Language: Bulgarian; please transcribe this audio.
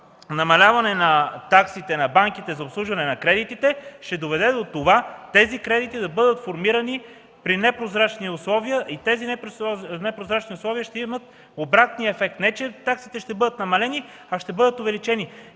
намаляване на таксите на банките за обслужване на кредитите ще доведе до това тези кредити да бъдат формирани при непрозрачни условия и тези непрозрачни условия ще имат обратния ефект. Не че таксите ще бъдат намалени, а ще бъдат увеличени.